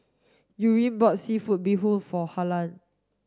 Yurem bought seafood bee hoon for Harlan